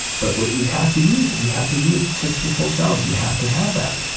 but what you have to use, is you have to use sick people's cells, you have to have that.